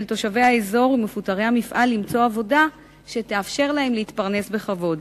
תושבי האזור ומפוטרי המפעל למצוא עבודה שתאפשר להם להתפרנס בכבוד.